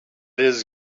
his